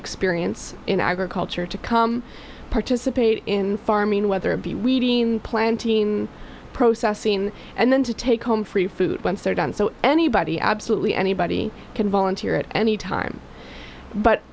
experience in agriculture to come participate in farming whether it be planting processing and then to take home free food once they're done so anybody absolutely anybody can volunteer at any time but